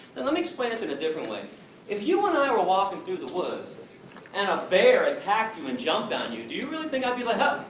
and let me explain this in a different way if you and i were walking through the woods and a bear attacked you and jumped on you, do you really think i'll be like huh,